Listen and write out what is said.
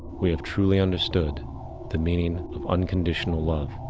we have truly understood the meaning of unconditional love.